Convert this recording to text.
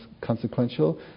consequential